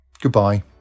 goodbye